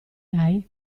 hai